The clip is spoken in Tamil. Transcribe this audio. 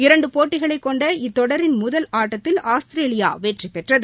இரண்டு போட்டிகளை கொண்ட இத்தொடரின் முதல் ஆட்டத்தில் ஆஸ்திரேலியா வெற்றி பெற்றது